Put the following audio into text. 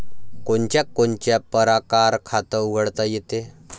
कोनच्या कोनच्या परकारं खात उघडता येते?